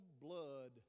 blood